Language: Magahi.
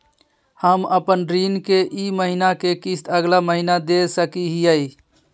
हम अपन ऋण के ई महीना के किस्त अगला महीना दे सकी हियई?